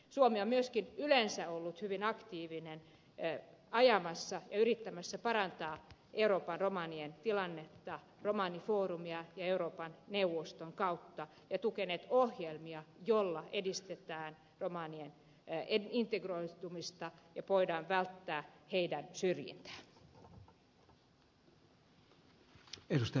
suomi on myöskin yleensä ollut hyvin aktiivisesti ajamassa ja yrittämässä parantaa euroopan romanien tilannetta romanifoorumin ja euroopan neuvoston kautta ja tukenut ohjelmia joilla edistetään romanien integroitumista ja voidaan välttää heidän syrjintäänsä